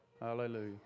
Hallelujah